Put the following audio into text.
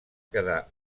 quedar